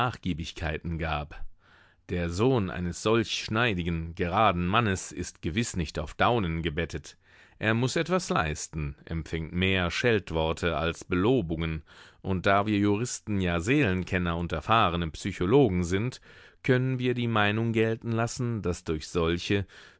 gab der sohn eines solch schneidigen geraden mannes ist gewiß nicht auf daunen gebettet er muß etwas leisten empfängt mehr scheltworte als belobungen und da wir juristen ja seelenkenner und erfahrene psychologen sind können wir die meinung gelten lassen daß durch solche